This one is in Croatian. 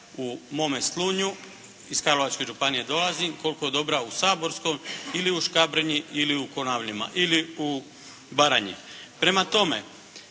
u mome Slunju, iz Karlovačke županije dolazim koliko je dobra u …/Govornik se ne razumije./… ili u Škabrinji ili u Konavlima ili u Baranji. Prema tome,